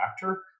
factor